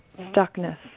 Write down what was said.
stuckness